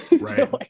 Right